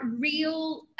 real